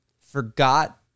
forgot